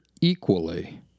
equally